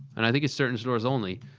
and i think it's certain stores only,